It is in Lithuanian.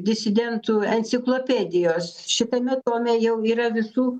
disidentų enciklopedijos šitame tome jau yra visų